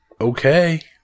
okay